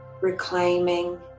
reclaiming